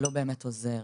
זה לא באמת עוזר.